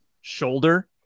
shoulder